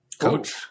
coach